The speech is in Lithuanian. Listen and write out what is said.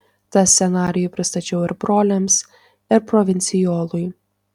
tą scenarijų pristačiau ir broliams ir provincijolui